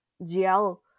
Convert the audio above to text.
GL